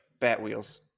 Batwheels